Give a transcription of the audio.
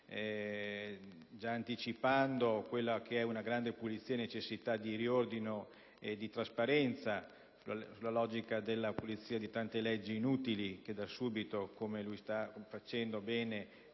anticipando quella che è una grande necessità di riordino e di trasparenza, nella logica della pulizia di tante leggi inutili che da subito, come sta facendo bene